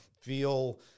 feel